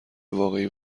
واقعی